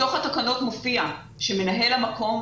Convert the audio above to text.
בתוך התקנות מופיע שמנהל המקום,